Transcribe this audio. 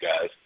guys